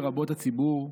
לרבות הציבור,